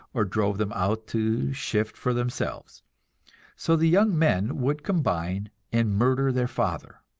or drove them out to shift for themselves so the young men would combine and murder their father.